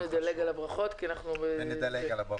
בואו נדלג על הברכות כי הזמן שלנו קצר.